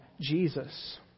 Jesus